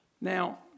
Now